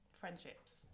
friendships